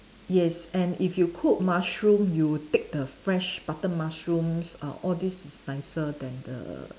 yes and if you cook mushroom you take the fresh butter mushrooms uh all this is nicer than the